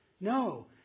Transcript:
No